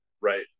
right